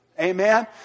Amen